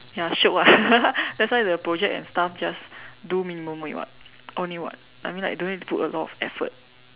ya shiok lah that's why the project and stuff just do minimum weight [what] only what I mean like don't need to put a lot of effort